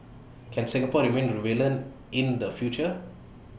can Singapore remain relevant in the future